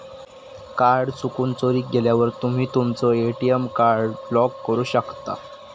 card चुकून, चोरीक गेल्यावर तुम्ही तुमचो ए.टी.एम कार्ड ब्लॉक करू शकता